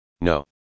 No